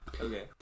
Okay